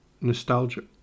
nostalgia